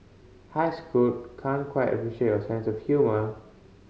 hi Scoot can't quite appreciate your sense of humour